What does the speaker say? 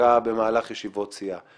בחקיקה במהלך ישיבות סיעה.